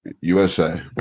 USA